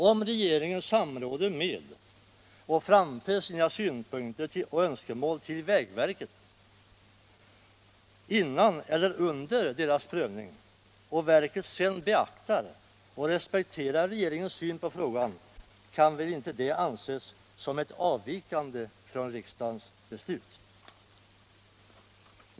| Om regeringen samråder med och framför sina synpunkter och önskemål till vägverket före eller under anslagets prövning och verket sedan beaktar | och respekterar regeringens syn på frågan, kan väl inte det anses som ett av | vikande från riksdagens beslut.